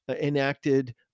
enacted